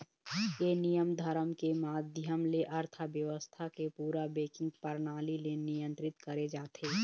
ये नियम धरम के माधियम ले अर्थबेवस्था के पूरा बेंकिग परनाली ले नियंत्रित करे जाथे